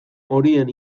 horien